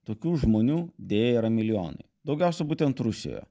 tokių žmonių deja yra milijonai daugiausia būtent rusijoje